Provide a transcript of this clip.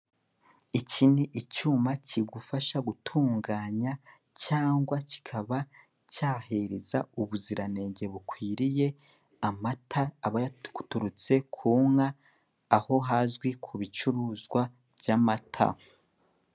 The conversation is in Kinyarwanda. Iki ni icyuma kigufasha gutunganya cyangwa ikaba cyahereza ubuziranenge bukwiriye amata aba yaturutse ku nka, aho hazwi ku bicuruzwa by'amata.